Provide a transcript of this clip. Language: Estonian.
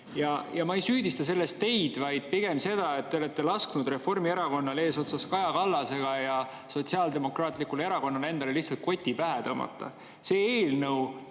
Ma ei süüdista selles teid, vaid pigem seda, et te olete lasknud Reformierakonnal eesotsas Kaja Kallasega ja Sotsiaaldemokraatlikul Erakonnal endale lihtsalt koti pähe tõmmata. See eelnõu,